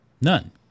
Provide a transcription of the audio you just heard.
None